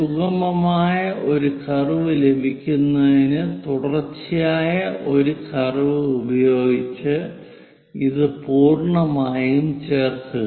സുഗമമായ ഒരു കർവ് ലഭിക്കുന്നതിന് തുടർച്ചയായ ഒരു കർവ് ഉപയോഗിച്ച് ഇത് പൂർണ്ണമായും ചേർക്കുക